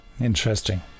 Interesting